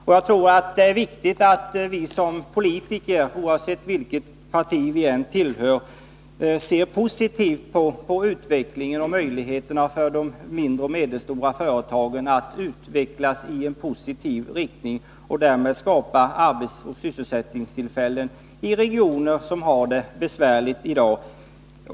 Och jag tror det är viktigt att vi som politiker — oavsett vilket parti vi tillhör — ser positivt på möjligheterna för de mindre och medelstora företagen att utvecklas i gynnsam riktning och därmed skapa arbetsoch sysselsättningstillfällen i regioner som har det besvärligt i dag.